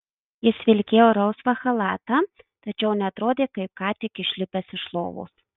jis vilkėjo rausvą chalatą tačiau neatrodė kaip ką tik išlipęs iš lovos